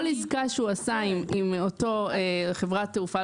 כל עסקה שהוא עשה עם אותה חברת תעופה,